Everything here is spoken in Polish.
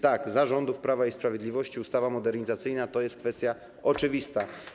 Tak, za rządów Prawa i Sprawiedliwości ustawa modernizacyjna to jest kwestia oczywista.